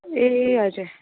ए हजुर